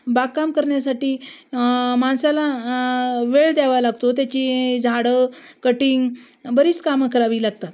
बागकाम करण्यासाठी माणसाला वेळ द्यावा लागतो त्याची झाडं कटिंग बरीच कामं करावी लागतात